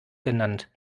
genannt